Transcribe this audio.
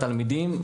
התלמידים,